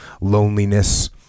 Loneliness